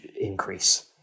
increase